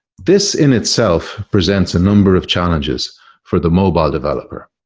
this in itself presents a number of challenges for the mobile developer.